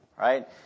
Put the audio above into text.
Right